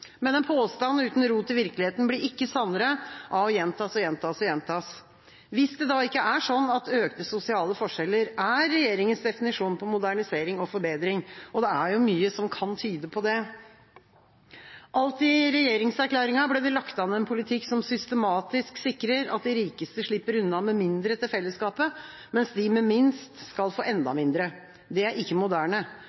Men en påstand uten rot i virkeligheten blir ikke sannere av å gjentas og gjentas og gjentas – med mindre økte sosiale forskjeller er regjeringas definisjon på modernisering og forbedring. Det er jo mye som kan tyde på det. Allerede i regjeringserklæringen ble det lagt an en politikk som systematisk sikrer at de rikeste slipper unna med mindre til fellesskapet, mens de med minst skal få enda